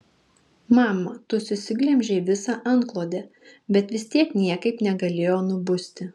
mama tu susiglemžei visą antklodę bet vis tiek niekaip negalėjo nubusti